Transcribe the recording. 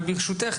רק ברשותך,